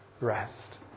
rest